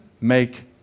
make